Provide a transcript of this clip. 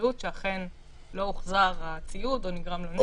הבריאות שאכן לא הוחזר הציוד או נגרם לו נזק.